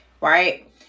right